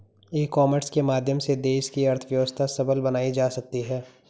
ई commerce के माध्यम से देश की अर्थव्यवस्था सबल बनाई जा सकती है